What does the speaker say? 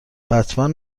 بتمن